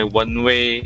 one-way